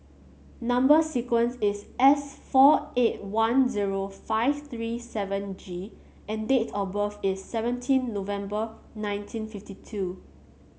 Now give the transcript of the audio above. number sequence is S four eight one zero five three seven G and date of birth is seventeen November nineteen fifty two